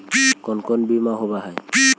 कोन कोन बिमा होवय है?